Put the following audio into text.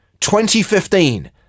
2015